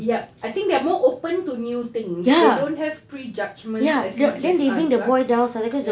yup I think they are more open to new things they don't have prejudgements as much as us ya ya